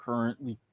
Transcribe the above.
Currently